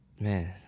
Man